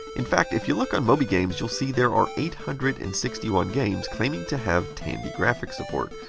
in fact, if you look on mobygames, you'll see there are eight hundred and sixty one games claiming to have tandy graphics support.